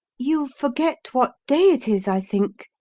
you forget what day it is, i think,